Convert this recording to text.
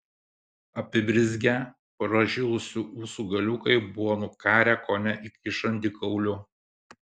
apibrizgę pražilusių ūsų galiukai buvo nukarę kone iki žandikaulių